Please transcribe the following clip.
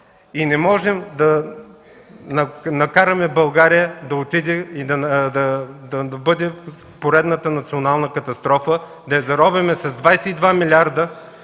Не можем да накараме България да бъде в поредната национална катастрофа, да я заровим с 22 милиарда.